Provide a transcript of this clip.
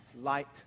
light